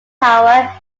tower